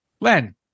Len